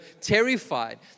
terrified